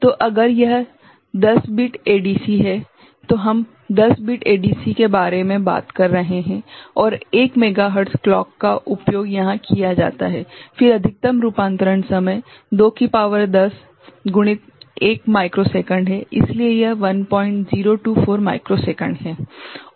तो अगर यह 10 बिट एडीसी है तो हम 10 बिट एडीसी के बारे में बात कर रहे हैं और 1 मेगाहर्ट्ज़ क्लॉक का उपयोग यहां किया जाता है फिर अधिकतम रूपांतरण समय 2 की शक्ति 10 गुणित 1 माइक्रो सेकंड है इसलिए यह 1024 मिलीसेकंड है